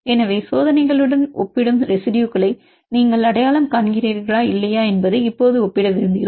எனவே சோதனைகளுடன் ஒப்பிடும் ரெசிடுயுகளை நீங்கள் அடையாளம் காண்கிறீர்களா இல்லையா என்பதை இப்போது ஒப்பிட விரும்புகிறோம்